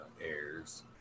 airs